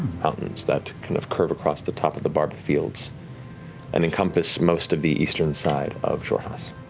mountains that kind of curve across the top of the barbed fields and encompass most of the eastern side of xhorhas.